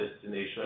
destination